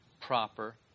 proper